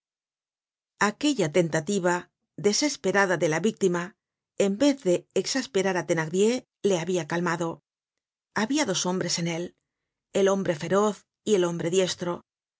aquella tentativa desesperada de la víctima en vez de exasperar á thenardier le habia calmado habia dos hombres en él el hombre feroz y el hombre diestro